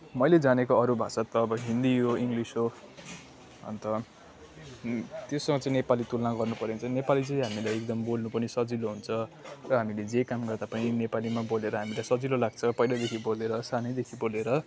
मैले जानेको अरू भाषा त अब हिन्दी हो इङ्गलिस हो अन्त त्यसमा चाहिँ नेपाली तुलना गर्नुपर्यो भने चाहिँ नेपाली चाहिँ हामी एकदम बोल्नु पनि सजिलो हुन्छ र हामीले जे काम गर्दा पनि नेपालीमा बोलेर हामीले सजिलो लाग्छ पहिलेदेखि बोलेर सानैदेखि बोलेर